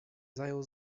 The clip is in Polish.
zajął